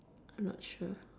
I'm not sure